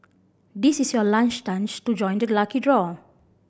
this is your last chance to join the lucky draw